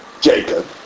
Jacob